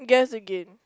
guess again